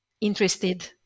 interested